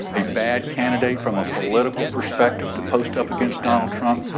a bad candidate from a political perspective to post up against donald trump